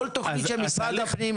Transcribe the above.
לכל תוכנית שעושה משרד הפנים,